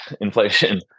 inflation